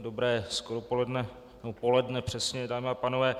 Dobré skoropoledne, nebo poledne přesně, dámy a pánové.